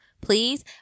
please